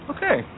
Okay